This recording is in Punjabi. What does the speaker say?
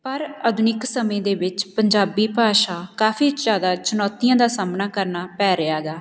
ਪਰ ਆਧੁਨਿਕ ਸਮੇਂ ਦੇ ਵਿੱਚ ਪੰਜਾਬੀ ਭਾਸ਼ਾ ਕਾਫੀ ਜ਼ਿਆਦਾ ਚੁਣੌਤੀਆਂ ਦਾ ਸਾਹਮਣਾ ਕਰਨਾ ਪੈ ਰਿਹਾ ਗਾ